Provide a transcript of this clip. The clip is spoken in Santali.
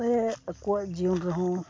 ᱥᱮ ᱟᱠᱚᱣᱟᱜ ᱡᱤᱭᱚᱱ ᱨᱮᱦᱚᱸ